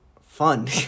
fun